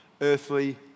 earthly